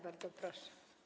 Bardzo proszę.